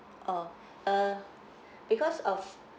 oh uh because of